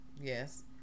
yes